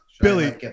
Billy